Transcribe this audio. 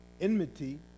enmity